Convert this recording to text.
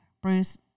Bruce